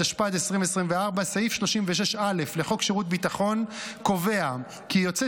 התשפ"ד 2024. סעיף 36א לחוק שירות ביטחון קובע כי יוצא